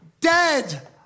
dead